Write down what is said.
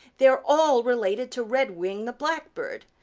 they're all related to redwing the blackbird,